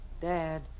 Dad